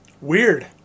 Weird